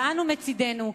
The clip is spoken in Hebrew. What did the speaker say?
ואנו מצדנו,